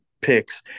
picks